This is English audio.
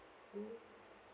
mm